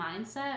mindset